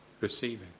Receiving